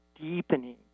deepening